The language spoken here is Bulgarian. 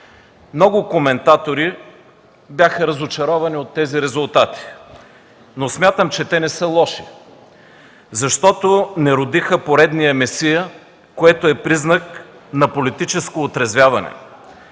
Много коментатори бяха разочаровани от тези резултати, но смятам, че те не са лоши, защото не родиха поредния месия, което е признак на политическо отрезвяване,